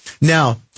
Now